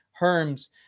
Herms